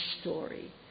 story